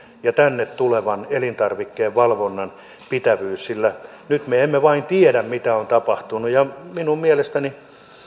tänne tulevan elintarvikkeen valvonnan pitävyys sillä nyt me emme vain tiedä mitä on tapahtunut minun mielestäni